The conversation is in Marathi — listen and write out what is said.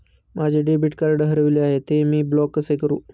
माझे डेबिट कार्ड हरविले आहे, ते मी ब्लॉक कसे करु?